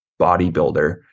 bodybuilder